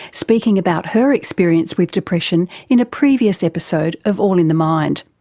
speaking about her experience with depression in a previous episode of all in the mind.